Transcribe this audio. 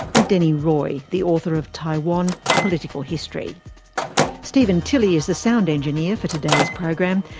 and denny roy, the author of taiwan a political history stephen tilley is the sound engineer for today's program.